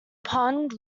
pond